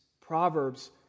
Proverbs